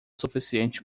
suficiente